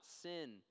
sin